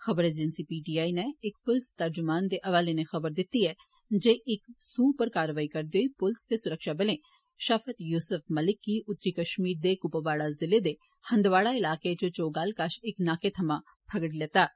खबर agency PTI नै इक पुलस तर्जुमान दे हवाले नै खबर दित्ती ऐ जे इक सूह उप्पर कार्यवाई करदे होई पुलस ते सुरक्षाबलें शफ़त युसफ मलिक गी उत्तरी कश्मीर दे कुपवाड़ा जिले दे हदवाड़ा इलाकें च चौगाल कश इक नाके थमां फगडेआ ऐ